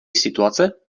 situace